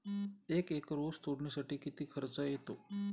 एक एकर ऊस तोडणीसाठी किती खर्च येतो?